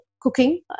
cooking